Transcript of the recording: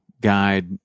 guide